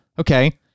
Okay